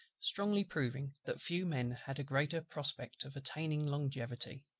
strongly proving that few men had a greater prospect of attaining longevity,